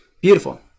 Beautiful